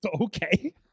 okay